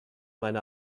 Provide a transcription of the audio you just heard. meine